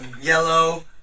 yellow